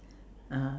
uh